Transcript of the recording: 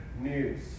news